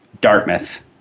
Dartmouth